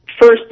First